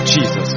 Jesus